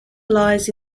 lies